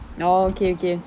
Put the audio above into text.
oh okay okay